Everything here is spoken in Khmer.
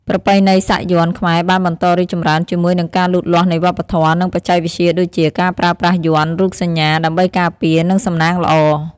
ប្រពៃណីសាក់យ័ន្តខ្មែរបានបន្តរីកចម្រើនជាមួយនឹងការលូតលាស់នៃវប្បធម៌ និងបច្ចេកវិទ្យាដូចជា ការប្រើប្រាស់យ័ន្ត (រូបសញ្ញា) ដើម្បីការពារ និងសំណាងល្អ។